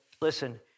Listen